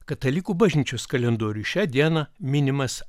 katalikų bažnyčios kalendoriuj šią dieną minimas